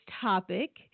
topic